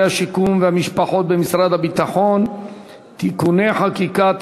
השיקום והמשפחות במשרד הביטחון (תיקוני חקיקה),